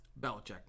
Belichick